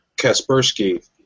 Kaspersky